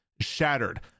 shattered